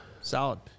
Solid